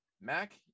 Mac